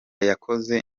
yakoze